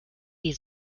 die